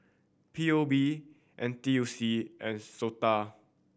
P O B N T U C and SOTA